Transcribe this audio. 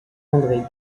andré